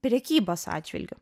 prekybos atžvilgiu